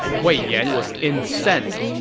wei yan was incensed.